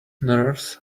nerves